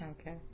Okay